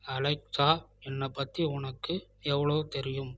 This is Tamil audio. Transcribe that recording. அலெக்சா என்னைப் பற்றி உனக்கு எவ்வளோ தெரியும்